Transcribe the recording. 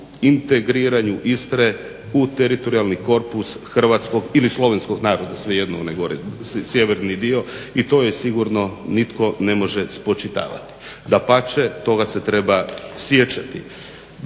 integriranju Istre u teritorijalni korpus hrvatskog ili slovenskog naroda svejedno onaj gore sjeverni dio. I to joj sigurno nitko ne može spočitavati. Dapače, toga se treba sjećati.